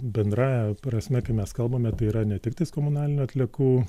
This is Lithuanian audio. bendrąja prasme kai mes kalbame tai yra ne tiktais komunalinių atliekų